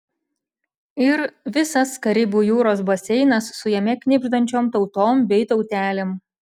ir visas karibų jūros baseinas su jame knibždančiom tautom bei tautelėm